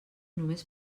només